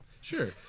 Sure